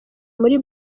muri